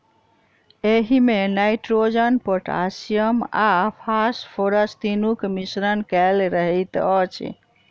एहिमे nitrogen, potassium आ phosphorus तीनूक मिश्रण कएल रहैत अछि